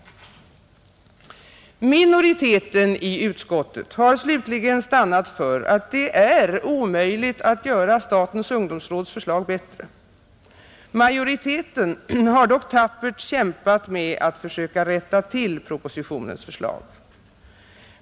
Minoriteten har slutligen stannat för att det är omöjligt att göra statens ungdomsråds förslag bättre. Majoriteten har dock tappert kämpat med att försöka rätta till propositionens förslag.